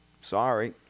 sorry